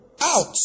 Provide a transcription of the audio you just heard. out